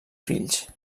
fills